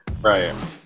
Right